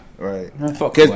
Right